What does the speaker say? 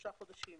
בשלושה חודשים